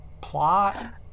plot